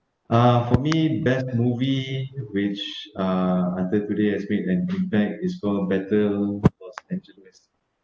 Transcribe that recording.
uh for me best movie which uh until today has made an impact is called battle